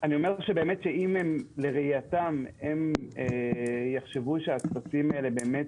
אם לראייתם הם יחשבו שהטפסים האלה באמת